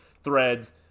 threads